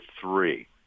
three